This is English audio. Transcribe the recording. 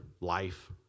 life